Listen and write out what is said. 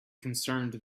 concerned